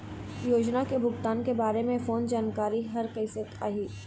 योजना के भुगतान के बारे मे फोन जानकारी हर कइसे आही?